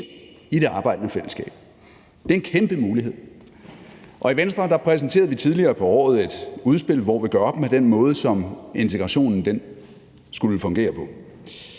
i det arbejdende fællesskab. Det er en kæmpe mulighed. Kl. 10:44 I Venstre præsenterede vi tidligere på året et udspil, hvor vi gør op med den måde, som integrationen skulle fungere på.